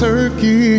Turkey